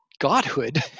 Godhood